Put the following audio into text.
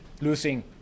losing